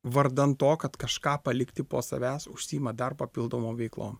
vardan to kad kažką palikti po savęs užsiima dar papildomom veiklom